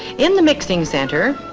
in the mixing center,